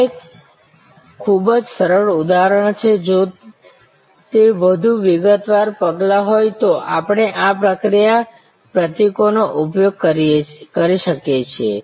આ એક ખૂબ જ સરળ ઉદાહરણ છે જો તે વધુ વિગતવાર પગલાં હોય તો આપણે આ પ્રક્રિયા પ્રતીકોનો ઉપયોગ કરી શકીએ છીએ